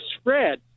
spread